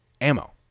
ammo